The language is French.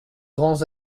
grands